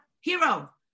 hero